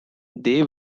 they